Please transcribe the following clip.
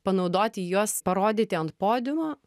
panaudoti juos parodyti ant podiumo